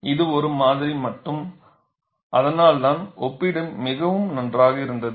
இது ஒரு மாதிரி மட்டும் அதனால் தான் ஒப்பீடு மிகவும் நன்றாக இருந்தது